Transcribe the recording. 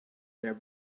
their